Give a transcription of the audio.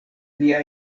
nia